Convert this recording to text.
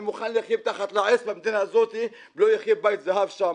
אני מוכן לחיות מתחת לעץ במדינה הזאת ולא אחיה בבית זהב שם.